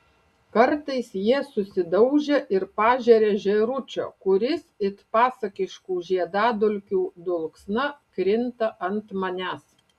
kartais jie susidaužia ir pažeria žėručio kuris it pasakiškų žiedadulkių dulksna krinta ant manęs